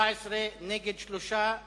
ההצעה להעביר את הצעת חוק התקשורת (בזק ושידורים)